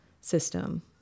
system